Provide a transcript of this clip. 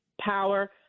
power